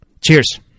Cheers